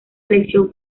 elección